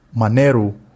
Manero